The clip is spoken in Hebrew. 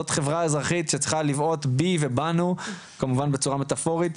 זאת חברה אזרחית שצריכה לבעוט בי ובאנו כמובן בצורה מטאפורית,